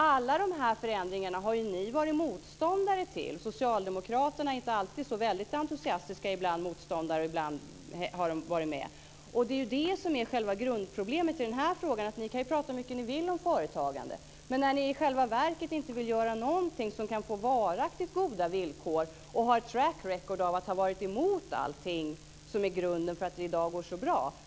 Alla de här förändringarna har ni ju varit motståndare till, och socialdemokraterna har inte alltid varit så väldigt entusiastiska. Ibland har de varit motståndare, ibland har de stått bakom åtgärderna. Grundproblemet i den här frågan är att ni visserligen kan prata hur mycket som ni vill om företagandet men att ni i själva verket inte vill göra någonting som kan ge varaktigt goda villkor och har ett track record av att ha varit emot allting som ligger till grund för att det i dag går så bra.